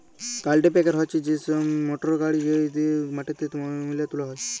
কাল্টিপ্যাকের হছে সেই মটরগড়ি যেট দিঁয়ে মাটিতে ময়লা তুলা হ্যয়